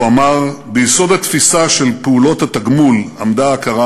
הוא אמר: "ביסוד התפיסה של פעולות התגמול עמדה ההכרה